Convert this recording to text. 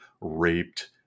raped